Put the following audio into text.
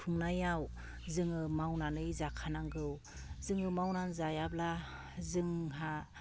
खुंनायाव जोङो मावनानै जाखानांगौ जोङो मावनानै जायाब्ला जोंहा